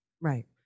Right